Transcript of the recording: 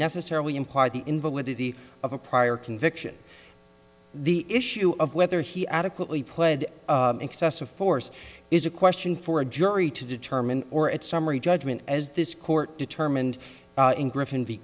necessarily imply the invalidity of a prior conviction the issue of whether he adequately pled excessive force is a question for a jury to determine or it's summary judgment as this court determined in griffin v